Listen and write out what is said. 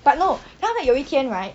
but no then after that 有一天 right